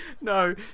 no